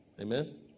Amen